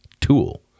tool